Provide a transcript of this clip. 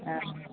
हाँ